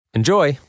Enjoy